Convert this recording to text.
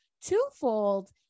twofold